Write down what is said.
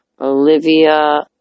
Olivia